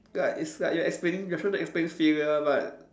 like it's like you're explaining you're trying to explain failure but